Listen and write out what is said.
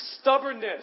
Stubbornness